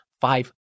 five